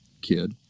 kid